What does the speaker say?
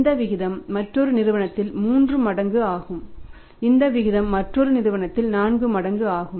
இந்த விகிதம் மற்றொரு நிறுவனத்தில் 3 மடங்கு ஆகும் இந்த விகிதம் மற்றொரு நிறுவனத்தில் 4 மடங்கு ஆகும்